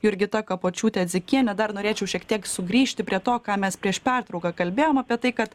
jurgita kapočiūte dzikienė dar norėčiau šiek tiek sugrįžti prie to ką mes prieš pertrauką kalbėjom apie tai kad